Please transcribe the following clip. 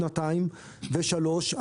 שנתיים ושלוש,